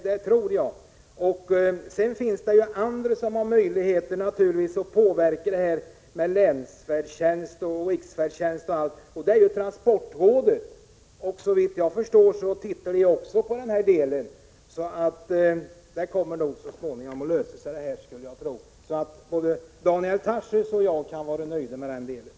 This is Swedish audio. Det finns också en annan part som har möjligheter att påverka frågan om länsfärdtjänst, riksfärdtjänst eller liknande, nämligen transportrådet. Såvitt jag vet studerar också det denna fråga. Jag skulle tro att den här frågan så småningom kommer att lösas. Både Daniel Tarschys och jag kan vara förhoppningsfulla i det avseendet.